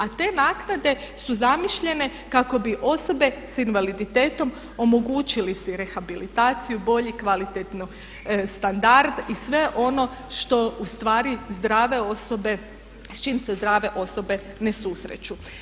A te naknade su zamišljene kako bi osobe s invaliditetom omogućili si rehabilitaciju, bolji kvalitetniji standard i sve ono što ustvari zdrave osobe, s čim se zdrave osobe ne susreću.